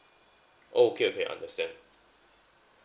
oh okay okay understand